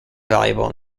valuable